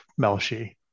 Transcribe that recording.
Melshi